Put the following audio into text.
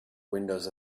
windows